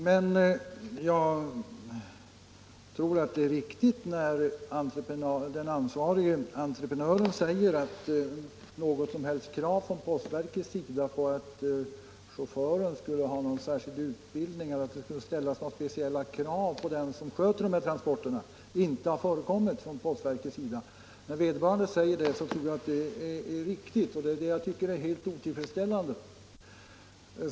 Men jag tror det är riktigt när den ansvarige entreprenören säger att postverket inte framfört något krav på att chauffören skulle ha någon särskild utbildning eller ställt några speciella fordringar på den som sköter dessa transporter. När vederbörande säger detta tror jag alltså det är riktigt, och det är det som jag tycker är helt otillfredsställande.